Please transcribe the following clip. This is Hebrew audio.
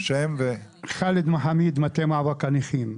חאלד מחאמיד, מטה מאבק הנכים.